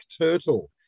turtle